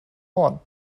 horn